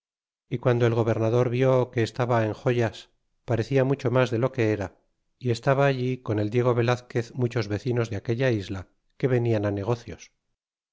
y guando el gobernador vió que estaba en joyas parecía mucho mas de lo que era y estaban allí con el diego velazquez muchos vecinos de aquella isla que venian negocios